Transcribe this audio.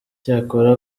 icyakora